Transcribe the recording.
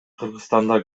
кыргызстанда